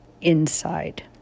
inside